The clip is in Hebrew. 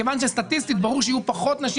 כיוון שסטטיסטית ברור שיהיו פחות נשים